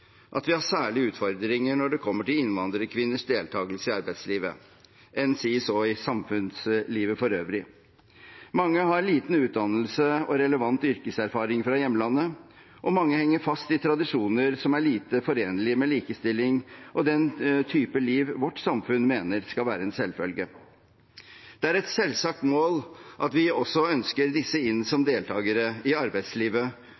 at vi har særlige utfordringer når det kommer til innvandrerkvinners deltakelse i arbeidslivet, enn si i samfunnslivet for øvrig. Mange har lite utdannelse og relevant yrkesutdanning fra hjemlandet, og mange henger fast i tradisjoner som er lite forenlig med likestilling og den type liv vårt samfunn mener skal være en selvfølge. Det er et selvsagt mål at vi også ønsker disse inn